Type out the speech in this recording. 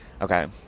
Okay